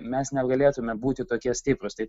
mes negalėtume būti tokie stiprūs tai